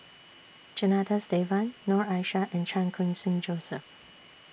Janadas Devan Noor Aishah and Chan Khun Sing Joseph